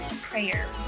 prayer